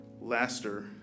Laster